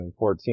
2014